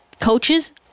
coaches